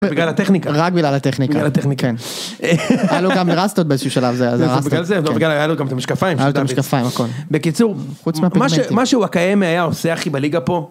בגלל הטכניקה. רק בגלל הטכניקה. בגלל הטכניקה, כן. היה לו גם רסטות באיזשהו שלב, זה היה רסטות. בגלל זה, בגלל היה לו גם את המשקפיים. היה לו את המשקפיים הכל. בקיצור, חוץ מהפיגמנטים. מה שהוא הקיים היה עושה הכי בליגה פה.